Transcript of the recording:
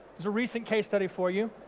there's a recent case study for you.